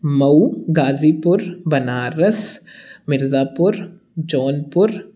Mau Ghazipur Banaras Mirzapur Jaunpur